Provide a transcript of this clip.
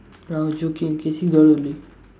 no I was joking sixteen dollar only